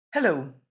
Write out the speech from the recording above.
Hello